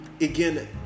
again